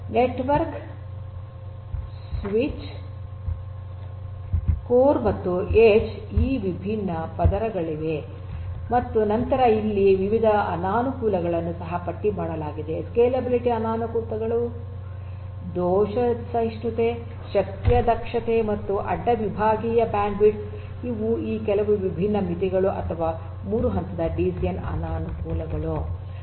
network switch core ಮತ್ತು edge ಈ ವಿಭಿನ್ನ ಪದರಗಳಿವೆ ಮತ್ತು ನಂತರ ಇಲ್ಲಿ ವಿವಿಧ ಅನಾನುಕೂಲಗಳನ್ನು ಸಹ ಪಟ್ಟಿಮಾಡಲಾಗಿದೆ ಸ್ಕೇಲೆಬಿಲಿಟಿ ಅನಾನುಕೂಲಗಳು ದೋಷ ಸಹಿಷ್ಣುತೆ ಶಕ್ತಿಯ ದಕ್ಷತೆ ಮತ್ತು ಅಡ್ಡ ವಿಭಾಗೀಯ ಬ್ಯಾಂಡ್ವಿಡ್ತ್ ಇವು ಈ ಕೆಲವು ವಿಭಿನ್ನ ಮಿತಿಗಳು ಅಥವಾ 3 ಹಂತದ ಡಿಸಿಎನ್ ನ ಅನಾನುಕೂಲಗಳು